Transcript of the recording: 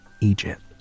Egypt